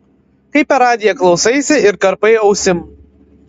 kai per radiją klausaisi ir karpai ausim